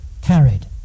carried